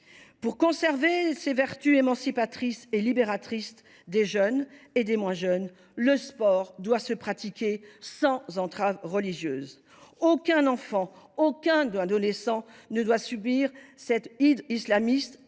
Pour conserver ses vertus émancipatrices et libératrices, pour les jeunes et les moins jeunes, le sport doit se pratiquer sans entrave religieuse. Aucun enfant, aucun adolescent ne doit subir l’hydre islamiste